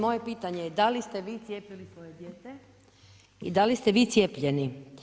Moje pitanje je da li ste vi cijepili svoje dijete i da li ste vi cijepljeni?